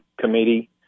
Committee